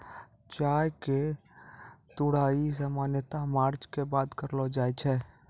चाय के तुड़ाई सामान्यतया मार्च के बाद करलो जाय छै